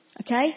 Okay